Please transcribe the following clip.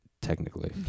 technically